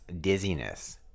dizziness